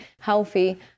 healthy